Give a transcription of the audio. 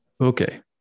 Okay